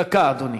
דקה, אדוני.